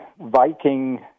Viking